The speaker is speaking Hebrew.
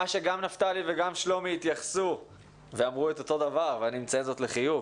גם נפתלי וגם שלומי התייחסו ואמרו את אותו דבר ואני מציין זאת לחיוב